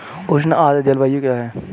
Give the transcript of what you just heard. उष्ण आर्द्र जलवायु क्या है?